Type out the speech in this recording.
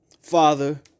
father